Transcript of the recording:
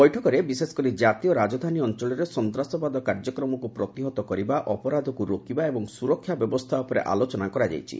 ବୈଠକରେ ବିଶେଷକରି କ୍ରାତୀୟ ରାଜଧାନୀ ଅଞ୍ଚଳରୁ ସନ୍ତାସବାଦ କାର୍ଯ୍ୟକ୍ରମକୁ ପ୍ରତିହତ କରିବା ଅପରାଧକୁ ରୋକିବା ଏବଂ ସୁରକ୍ଷା ବ୍ୟବସ୍ଥା ଉପରେ ଆଲୋଚନା କରାଯାଇଛି